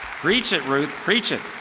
preach it, ruth. preach it.